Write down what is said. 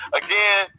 again